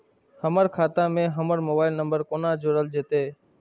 हमर खाता मे हमर मोबाइल नम्बर कोना जोरल जेतै?